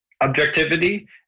objectivity